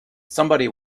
somebody